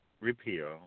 repeal